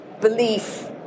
belief